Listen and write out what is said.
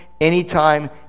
anytime